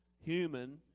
human